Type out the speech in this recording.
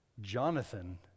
Jonathan